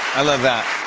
i love that.